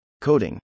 coding